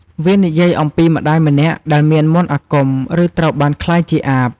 វានិយាយអំពីម្តាយម្នាក់ដែលមានមន្តអាគម ឬត្រូវបានក្លាយជាអាប។